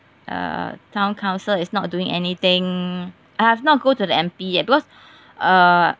uh town council is not doing anything I have not go to the M_P yet because uh